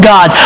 God